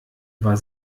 war